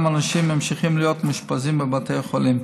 אנשים ממשיכים להיות מאושפזים בבית החולים.